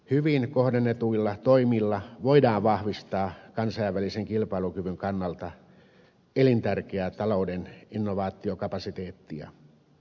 hyvin kohdennetuilla toimilla voidaan vahvistaa kansainvälisen kilpailukyvyn kannalta elintärkeää talouden innovaatiokapasiteettia